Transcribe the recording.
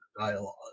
dialogue